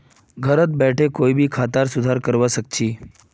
घरत बोठे कोई भी खातार सुधार करवा सख छि